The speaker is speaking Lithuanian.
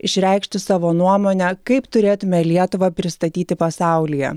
išreikšti savo nuomonę kaip turėtume lietuvą pristatyti pasaulyje